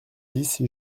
dix